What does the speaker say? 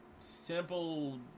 simple